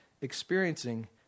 experiencing